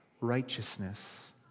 righteousness